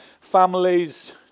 families